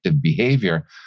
behavior